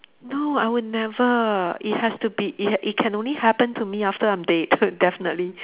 no I would never it has to be it had it can only happen to me after I'm dead definitely